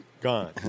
gone